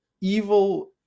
evil